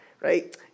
right